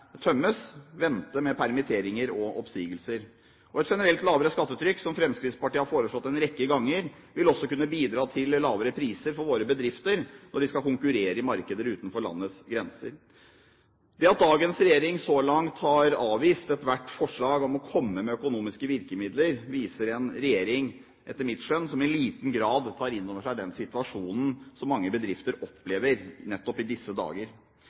tømmes, vente med permitteringer og oppsigelser. Et generelt lavere skattetrykk, som Fremskrittspartiet har foreslått en rekke ganger, vil også kunne bidra til lavere priser for våre bedrifter når de skal konkurrere i markeder utenfor landets grenser. Det at dagens regjering så langt har avvist ethvert forslag om å komme med økonomiske virkemidler, viser en regjering som etter mitt skjønn i liten grad tar inn over seg situasjonen som mange bedrifter opplever nettopp i disse dager.